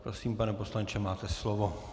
Prosím, pane poslanče, máte slovo.